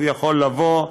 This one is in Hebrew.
הוא יכול לבוא,